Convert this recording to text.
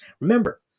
Remember